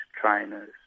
trainers